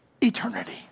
eternity